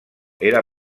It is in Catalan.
era